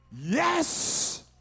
Yes